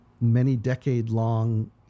many-decade-long